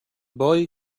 boy